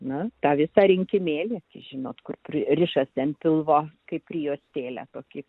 na tą visą rinkinėlį žinot kur pri rišasi ant pilvo kaip prijuostėlę tokį